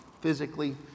physically